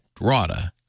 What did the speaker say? drata